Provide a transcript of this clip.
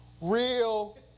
real